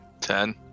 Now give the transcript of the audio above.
Ten